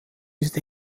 ist